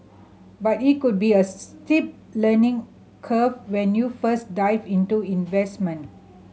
but it could be a steep learning curve when you first dive into investment